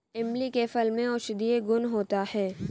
इमली के फल में औषधीय गुण होता है